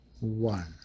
one